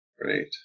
Great